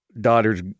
daughter's